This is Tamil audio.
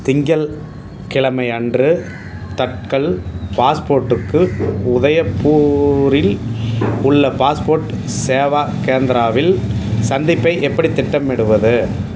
திங்கள் கிழமை அன்று தட்கல் பாஸ்போர்ட்டுக்கு உதயப்பூரில் உள்ள பாஸ்போர்ட் சேவா கேந்திராவில் சந்திப்பை எப்படி திட்டமிடுவது